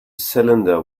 cylinder